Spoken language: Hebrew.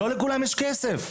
לא לכולם יש כסף,